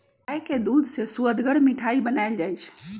गाय के दूध से सुअदगर मिठाइ बनाएल जाइ छइ